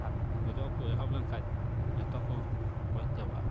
ᱟᱨ ᱜᱚᱡᱚᱜ ᱠᱚ ᱮᱛᱚᱦᱚᱵ ᱞᱮᱱᱠᱷᱟᱱ ᱡᱚᱛᱚ ᱠᱚ ᱜᱚᱡ ᱪᱟᱵᱟᱜᱼᱟ